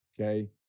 Okay